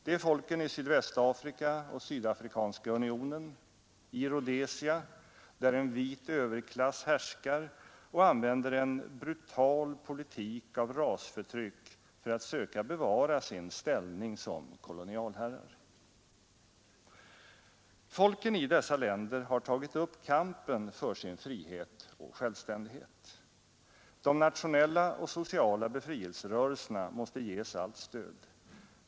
Det är folken i Sydvästafrika och Sydafrikanska unionen, i Rhodesia där en vit överklass härskar och använder en brutal politik av rasförtryck för att söka bevara sin ställning som kolonialherrar. Folken i dessa länder har tagit upp kampen för sin frihet och självständighet. De nationella och sociala befrielserörelserna måste ges allt stöd.